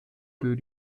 für